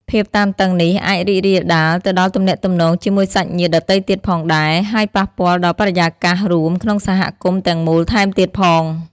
ភាពតានតឹងនេះអាចរីករាលដាលទៅដល់ទំនាក់ទំនងជាមួយសាច់ញាតិដទៃទៀតផងដែរ ហើយប៉ះពាល់ដល់បរិយាកាសរួមក្នុងសហគមន៍ទាំងមូលថែមទៀតផង។